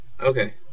Okay